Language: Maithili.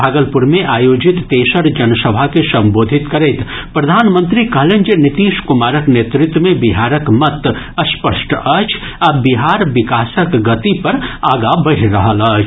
भागलपुर मे आयोजित तेसर जनसभा के संबोधित करैत प्रधानमंत्री कहलनि जे नीतीश कुमारक नेतृत्व मे बिहारक मत स्पष्ट अछि आ बिहार विकासक गति पर आगा बढ़ि रहल अछि